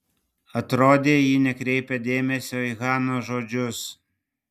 atrodė ji nekreipia dėmesio į hanos žodžius